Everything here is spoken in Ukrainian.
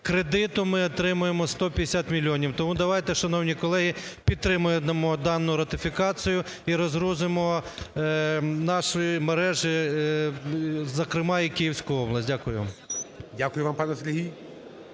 Кредиту ми отримаємо 150 мільйонів. Тому давайте, шановні колеги, підтримаємо дану ратифікацію і розгрузимо наші мережі, зокрема і Київську область. Дякую вам. ГОЛОВУЮЧИЙ. Дякую вам, пане Сергій.